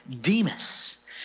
Demas